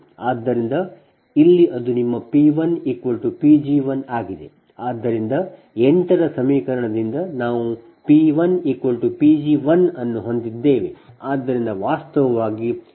ಆದ್ದರಿಂದ ಇಲ್ಲಿ ಅದು ನಿಮ್ಮ P 1 P g1 ಆಗಿದೆ